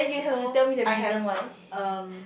so I have um